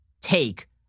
take